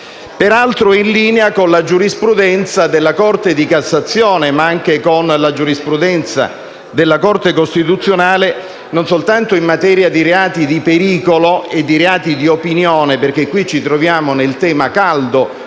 peraltro in linea con la giurisprudenza della Corte di Cassazione, ma anche con la giurisprudenza della Corte costituzionale, e non soltanto in materia di reati di pericolo e di reati di opinione. Ci troviamo, infatti, nel tema caldo